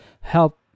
help